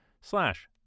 slash